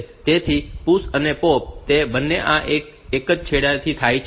તેથી PUSH અને POP તે બંને આ એક જ છેડેથી થાય છે